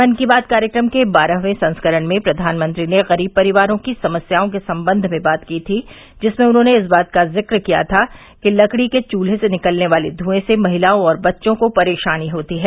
मन की बात कार्यक्रम के बारहवें संस्करण में प्रधानमंत्री ने गरीब परिवारों की समस्याओं के संबंध में बात की थी जिसमें उन्होंने इस बात का जिक्र किया था कि लकड़ी के चूल्हे से निकलने वाले धूंए से महिलाओं और बच्चों को परेशानी होती है